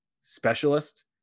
specialist